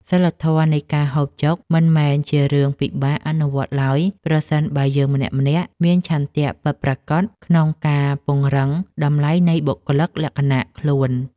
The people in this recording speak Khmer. សីលធម៌នៃការហូបចុកមិនមែនជារឿងពិបាកអនុវត្តឡើយប្រសិនបើយើងម្នាក់ៗមានឆន្ទៈពិតប្រាកដក្នុងការពង្រឹងតម្លៃនៃបុគ្គលិកលក្ខណៈខ្លួន។